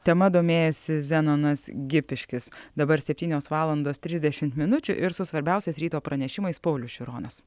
tema domėjosi zenonas gipiškis dabar septynios valandos trisdešimt minučių ir su svarbiausiais ryto pranešimais paulius šironas